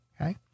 Okay